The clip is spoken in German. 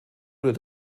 wurde